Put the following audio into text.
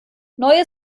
neue